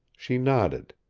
she nodded.